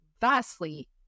vastly